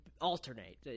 alternate